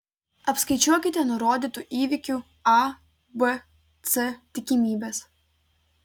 apskaičiuokite nurodytų įvykių a b c tikimybes